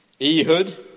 Ehud